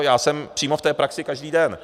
Já jsem přímo v té praxi každý den.